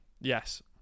Yes